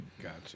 Gotcha